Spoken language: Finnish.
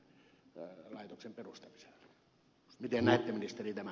miten näette ministeri tämän asian